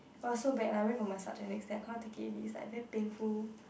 it was so bad I went for massage the next day I cannot take it already it's like very painful